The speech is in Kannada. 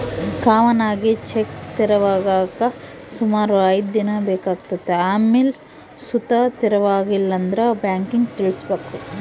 ಕಾಮನ್ ಆಗಿ ಚೆಕ್ ತೆರವಾಗಾಕ ಸುಮಾರು ಐದ್ ದಿನ ಬೇಕಾತತೆ ಆಮೇಲ್ ಸುತ ತೆರವಾಗಿಲ್ಲಂದ್ರ ಬ್ಯಾಂಕಿಗ್ ತಿಳಿಸ್ಬಕು